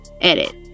Edit